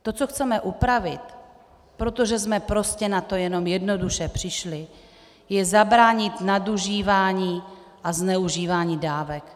To, co chceme upravit, protože jsme na to prostě jenom jednoduše přišli, je zabránit nadužívání a zneužívání dávek.